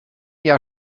jahr